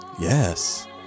Yes